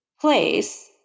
place